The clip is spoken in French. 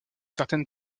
certaine